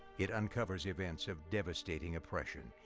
it uncovers events of devastating oppression,